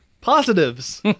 positives